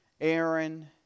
Aaron